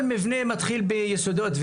כל מבנה מתחיל ביסודות.